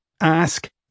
ask